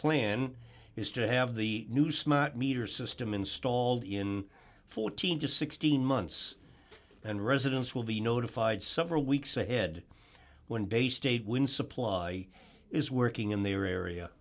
plan is to have the new smart meter system installed in fourteen to sixteen months and residents will be notified several weeks ahead when bay state when supply is working in their area